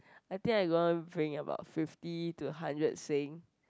I think I gonna bring about fifty to hundred sing